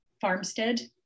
farmstead